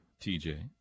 TJ